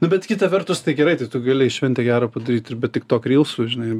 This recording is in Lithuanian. nu bet kita vertus tai gerai tai tu gili šventę gerą padaryt ir bet tik tok rylsų žinai